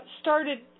started